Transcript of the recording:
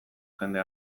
jende